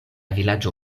vilaĝo